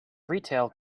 retail